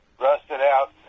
rusted-out